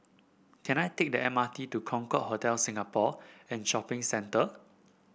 can I take the M R T to Concorde Hotel Singapore and Shopping Centre